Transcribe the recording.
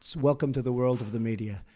welcome to the world of the media.